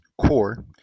core